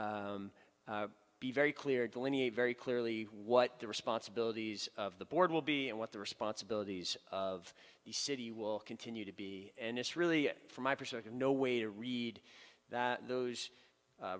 to be very clear delineate very clearly what the responsibilities of the board will be and what the responsibilities of the city will continue to be and it's really from my perspective no way to read that those